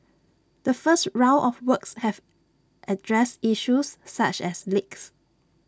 the first round of works have addressed issues such as leaks